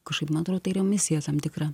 kažkaip man atrodo tai yra misiją tam tikra